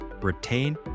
retain